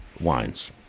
wines